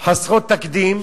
חסרות תקדים,